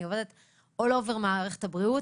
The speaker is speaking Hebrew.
אני עובדת All over מערכת הבריאות,